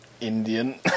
Indian